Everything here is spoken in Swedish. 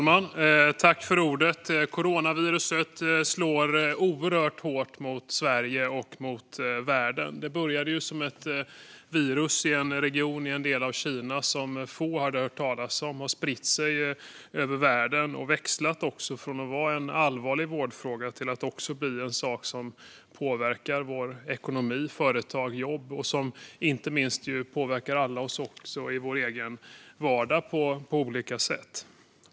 Fru talman! Coronaviruset slår oerhört hårt mot Sverige och mot världen. Det började som ett virus i en region i en del av Kina som få hade hört talas om och har spritt sig över världen och växlat från att vara en allvarlig vårdfråga till att bli en sak som påverkar vår ekonomi, företagen och jobben. Inte minst påverkar det oss alla i vår egen vardag på olika sätt.